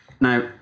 Now